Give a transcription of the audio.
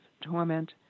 torment